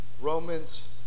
Romans